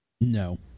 No